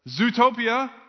Zootopia